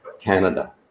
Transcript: Canada